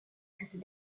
cette